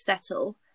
settle